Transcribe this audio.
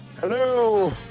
Hello